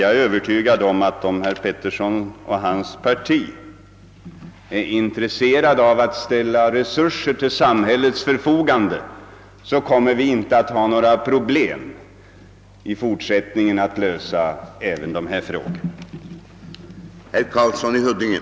Jag är över tygad om att om herr Petersson och hans parti har intresse av att ställa resurser till samhällets förfogande, så kommer vi i fortsättningen inte att ha så stora svårigheter när det gäller att lösa även dessa problem.